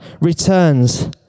returns